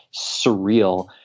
surreal